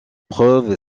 preuve